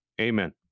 Amen